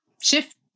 shift